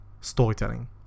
storytelling